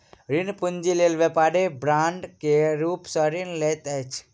ऋण पूंजी लेल व्यापारी बांड के रूप में ऋण लैत अछि